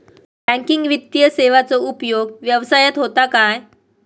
Banking वित्तीय सेवाचो उपयोग व्यवसायात होता काय?